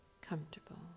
comfortable